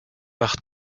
par